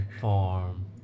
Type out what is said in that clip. farm